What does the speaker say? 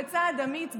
בצעד אמיץ,